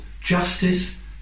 justice